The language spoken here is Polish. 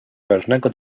ważnego